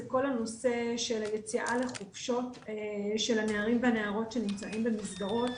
זה כל הנושא של היציאה לחופשות של הנערים והנערות שנמצאים במסגרות.